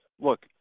look